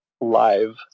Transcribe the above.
live